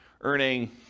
earning